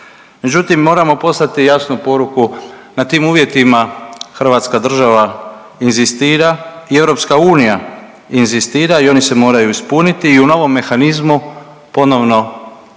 Međutim, moramo poslati jasnu poruku na tim uvjetima hrvatska država inzistira i EU inzistira i oni se moraju ispuniti i u novom mehanizmu ponovno ponavljam